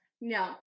No